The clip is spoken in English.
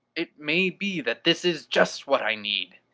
it may be that this is just what i need.